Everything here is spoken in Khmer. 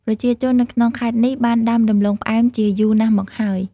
ប្រជាជននៅក្នុងខេត្តនេះបានដាំដំឡូងផ្អែមជាយូរណាស់មកហើយ។